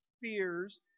fears